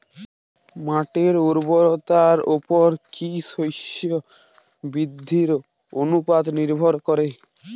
মাটির উর্বরতার উপর কী শস্য বৃদ্ধির অনুপাত নির্ভর করে?